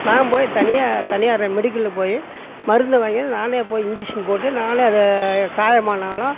நான் போய் தனியாக தனியார் மெடிக்கலில் போய் மருந்தை வாங்கி நானே போய் இன்ஜெக்ஷன் போட்டு நானே அதை காயமானாலும்